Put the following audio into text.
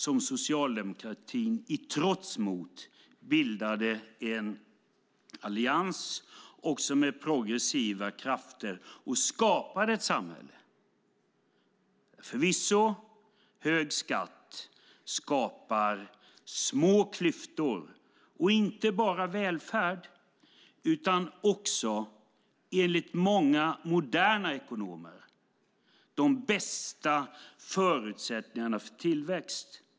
Det var i trots mot detta som socialdemokratin bildade en allians och med progressiva krafter skapade ett samhälle där förvisso hög skatt skapar små klyftor och inte bara välfärd utan också, enligt många moderna ekonomer, de bästa förutsättningarna för tillväxt.